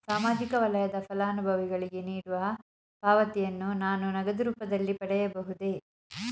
ಸಾಮಾಜಿಕ ವಲಯದ ಫಲಾನುಭವಿಗಳಿಗೆ ನೀಡುವ ಪಾವತಿಯನ್ನು ನಾನು ನಗದು ರೂಪದಲ್ಲಿ ಪಡೆಯಬಹುದೇ?